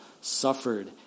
suffered